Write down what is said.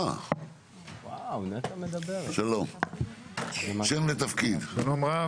שלום רב,